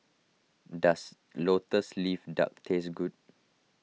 does Lotus Leaf Duck taste good